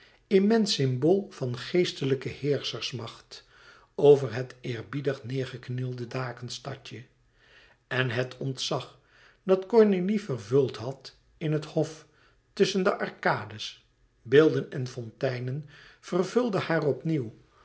immens symbool van geestelijke heerschersmacht over het eerbiedig neêrgeknielde dakenstadje en het ontzag dat cornélie vervuld had in den hof tusschen de arcades beelden en fonteinen vervulde haar